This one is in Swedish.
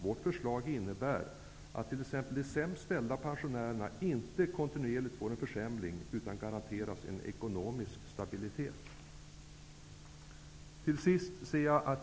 Vårt förslag innebär att t.ex. de sämst ställda pensionärerna inte kontinuerligt får en försämring utan garanteras en ekonomisk stabilitet.